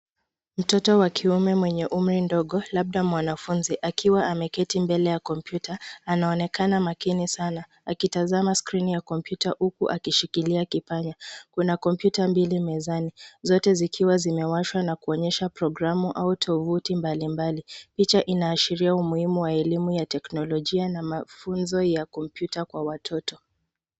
Mtoto wa kiume mwenye umri ndogo labda mwanafunzi akiwa ameketi mbele ya komputa anaonekana makini sana akitazama skrini ya komputa huku akishikilia kipanya kuna komputa mbili mezani zote zikiwa zimewashwa na kuonyesha programu au tovuti mbali mbali picha inaashiria umuhimu wa elimu ya teknolijia na mafunzo ya komputa kwa watoto.